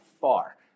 far